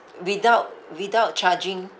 without without charging